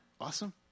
awesome